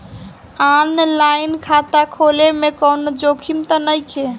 आन line खाता खोले में कौनो जोखिम त नइखे?